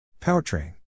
Powertrain